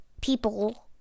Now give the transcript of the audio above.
people